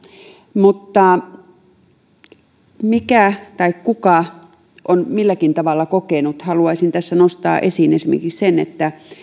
mutta kuka on milläkin tavalla kokenut haluaisin tässä nostaa esiin esimerkiksi sen että